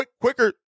quicker